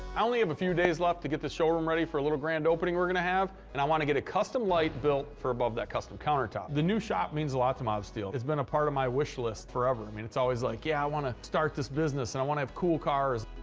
only have a few days left to get this showroom ready for a little grand opening we're gonna have. and i wanted to get a custom light built for above that custom countertop. the new shop means a lot to mobsteel. it's been a part of my wish list forever. i mean, it's always like, yeah, i want to start this business, and i want to have cool cars.